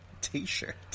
t-shirt